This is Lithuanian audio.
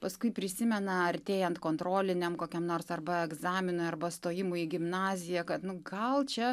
paskui prisimena artėjant kontroliniam kokiam nors arba egzaminui arba stojimui į gimnaziją kad nu gal čia